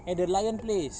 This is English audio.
at the lion place